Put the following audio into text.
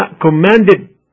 commanded